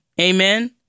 Amen